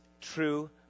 true